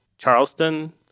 Charleston